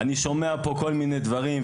אני שומע פה כל מיני דברים,